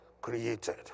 created